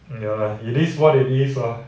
ya it is what it is lah